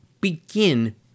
begin